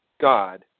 God